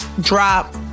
drop